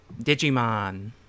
Digimon